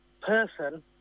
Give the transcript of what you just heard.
person